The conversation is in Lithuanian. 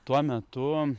tuo metu